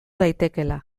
daitekeela